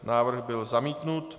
Návrh byl zamítnut.